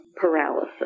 paralysis